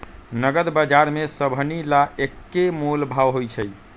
नगद बजार में सभनि ला एक्के मोलभाव होई छई